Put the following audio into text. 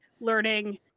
learning